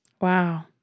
Wow